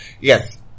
yes